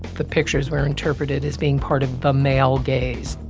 the pictures were interpreted as being part of the male gaze.